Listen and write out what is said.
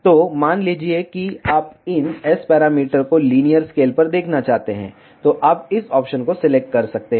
तो मान लीजिए कि आप इन S पैरामीटर को लिनियर स्केल पर देखना चाहते हैं तो आप इस ऑप्शन को सिलेक्ट कर सकते हैं